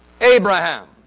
Abraham